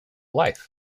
life